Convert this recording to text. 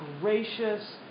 gracious